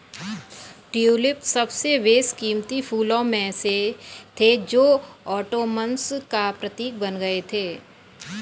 tulip सबसे बेशकीमती फूलों में से थे जो ओटोमन्स का प्रतीक बन गए थे